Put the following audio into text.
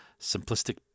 simplistic